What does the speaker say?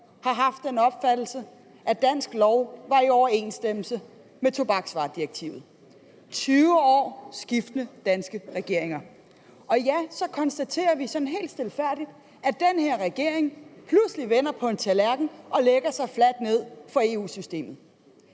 har haft den opfattelse, at dansk lov var i overensstemmelse med tobaksvaredirektivet. Vi taler om 20 år med skiftende danske regeringer. Og ja, så konstaterer vi helt stilfærdigt, at den her regering pludselig vender på en tallerken og lægger sig fladt ned for EU-systemet.